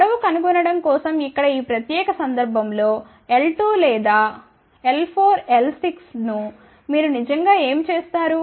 పొడవు కనుగొనడం కోసం ఇక్కడ ఈ ప్రత్యేక సందర్భం లో l2 లేదా l4l6ను మీరు నిజంగా ఏమి చేస్తారు